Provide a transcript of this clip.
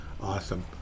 awesome